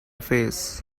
face